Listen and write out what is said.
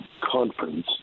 conference